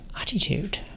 attitude